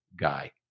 guy